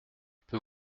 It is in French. peut